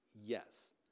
Yes